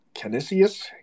Canisius